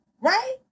Right